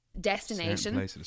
destination